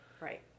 Right